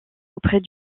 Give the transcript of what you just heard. auprès